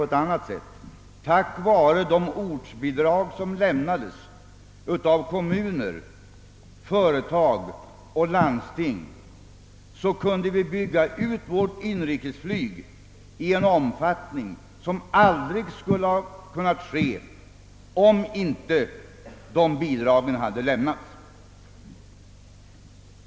Tack vare de ortsbidrag som lämnades av kommuner, företag och landsting kunde vi bygga ut vårt inrikesflyg i en omfattning som aldrig hade varit möjlig, om dessa bidrag inte hade lämnats.